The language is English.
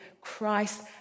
Christ